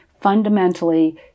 fundamentally